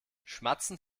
schmatzend